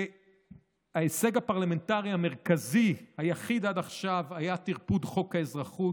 ההישג הפרלמנטרי המרכזי היחיד עד עכשיו היה טרפוד חוק האזרחות.